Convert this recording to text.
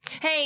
Hey